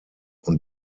und